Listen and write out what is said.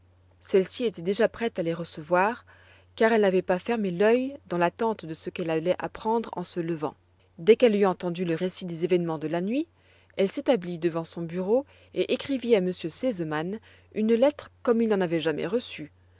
celle-ci était déjà prête à les recevoir car elle n'avait pas fermé l'œil dans l'attente de ce qu'elle allait apprendre en se levant dès qu'elle eut entendu le récit des événements de la nuit elle s'établit devant son bureau et écrivit à m r sesemann une lettre comme il n'en avait jamais reçu